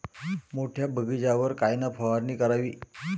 मोठ्या बगीचावर कायन फवारनी करावी?